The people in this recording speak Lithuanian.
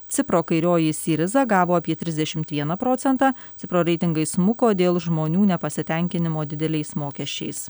cipro kairioji syriza gavo apie trisdešimt vieną procentą cipro reitingai smuko dėl žmonių nepasitenkinimo dideliais mokesčiais